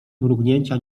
mrugnięcia